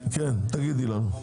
לדבר.